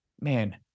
man